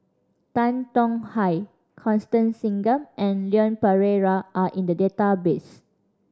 Tan Tong Hye Constance Singam and Leon Perera are in the database